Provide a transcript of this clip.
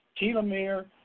telomere